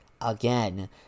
again